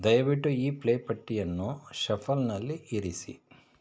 ದಯವಿಟ್ಟು ಈ ಪ್ಲೇ ಪಟ್ಟಿಯನ್ನು ಷಫಲ್ನಲ್ಲಿ ಇರಿಸಿ